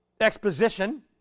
exposition